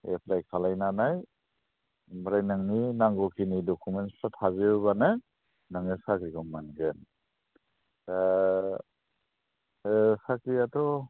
apply खालायनानै ओमफ्राय नोंनि नांगौखिनि डकुमेन्स्टफ्रा थाजोबोबानो नोङो साख्रिखौ मोनगोन साख्रियाथ'